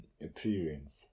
appearance